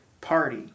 party